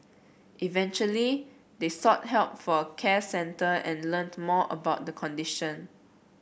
eventually they sought help for a care centre and learnt more about the condition